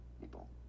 people